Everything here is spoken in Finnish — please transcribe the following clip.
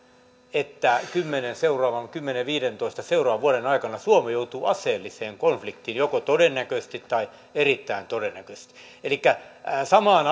että seuraavan kymmenen viiva viidentoista vuoden aikana suomi joutuu aseelliseen konfliktiin joko todennäköisenä tai erittäin todennäköisenä elikkä samaan